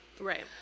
Right